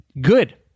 Good